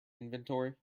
inventory